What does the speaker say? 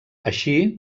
així